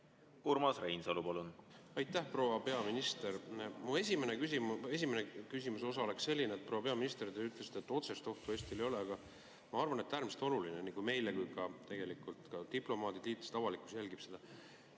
Urmas Reinsalu, palun!